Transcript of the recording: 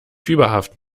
fieberhaft